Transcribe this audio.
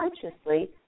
consciously